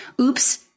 Oops